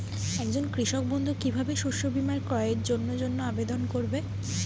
একজন কৃষক বন্ধু কিভাবে শস্য বীমার ক্রয়ের জন্যজন্য আবেদন করবে?